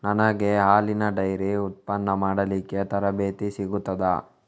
ನನಗೆ ಹಾಲಿನ ಡೈರಿ ಉತ್ಪನ್ನ ಮಾಡಲಿಕ್ಕೆ ತರಬೇತಿ ಸಿಗುತ್ತದಾ?